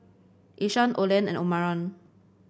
Ishaan Olen and Omarion